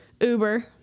Uber